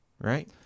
right